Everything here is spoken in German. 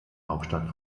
hauptstadt